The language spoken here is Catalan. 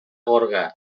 gorga